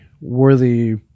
worthy